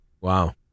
Wow